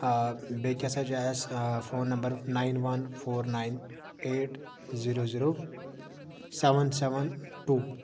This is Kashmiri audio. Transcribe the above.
آ بیٚیہِ کیٛاہ سا چھُ اَسہِ phone number nine one four nine eight zero zero seven seven two